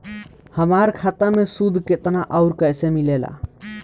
हमार खाता मे सूद केतना आउर कैसे मिलेला?